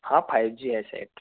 हाँ five G है set